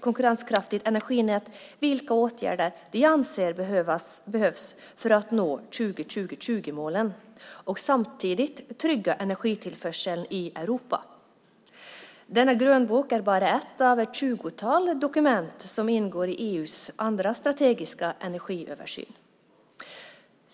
konkurrenskraftigt energinät vilka åtgärder man anser behövs för att nå 20-20-20-målen och samtidigt trygga energitillförseln i Europa. Denna grönbok är bara ett av ett tjugotal dokument som ingår i EU:s andra strategiska energiöversyn.